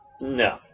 No